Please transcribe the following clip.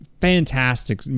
fantastic